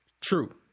True